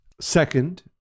Second